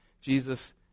Jesus